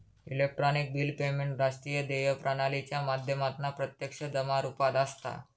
electronic bill payment राष्ट्रीय देय प्रणालीच्या माध्यमातना प्रत्यक्ष जमा रुपात असता